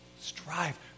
Strive